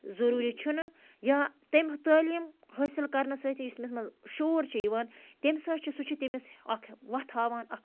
ضٔروٗری چھُنہٕ یا تٔمۍ تعلیٖم حٲصِل کَرنہٕ سۭتۍ یُس تٔمِس منٛز شعوٗر چھُ یِوان تٔمۍ سۭتۍ چھُ سُہ چھُ تٔمِس اَکھ وَتھ ہاوان اَکھ